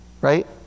right